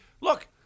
look